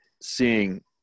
seeing